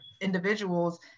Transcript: individuals